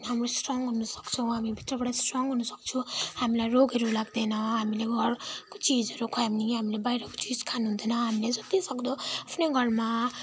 हामी स्ट्रङ हुन सक्छौँ हामी भित्रबाट स्ट्रङ हुन सक्छौँ हामीलाई रोगहरू लाग्दैन हामीले घरको चिजहरू खायौँ भने हामीले बाहिरको चिज खानु हुँदैन हामीले जति सक्दो आफ्नै घरमा